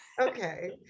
Okay